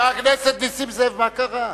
אוטובוס מפריע, חבר הכנסת נסים זאב, מה קרה?